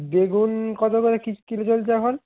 বেগুন কত করে কিলো চলছে এখন